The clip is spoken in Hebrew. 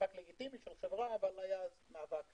מאבק לגיטימי של חברה, אבל מאבק